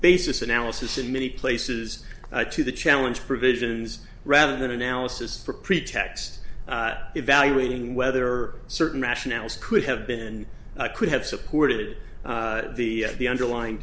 basis analysis in many places to the challenge provisions rather than analysis or pretext evaluating whether certain rationales could have been and could have supported the the underlying